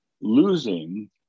losing